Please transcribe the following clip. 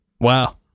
Wow